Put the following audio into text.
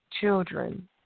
children